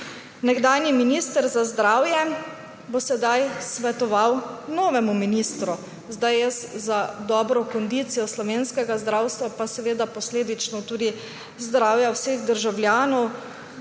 Nekdanji minister za zdravje bo sedaj svetoval novemu ministru. Za dobro kondicijo slovenskega zdravstva pa seveda posledično tudi zdravja vseh državljanov